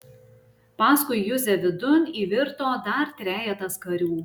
paskui juzę vidun įvirto dar trejetas karių